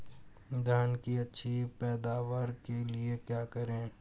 धान की अच्छी पैदावार के लिए क्या करें?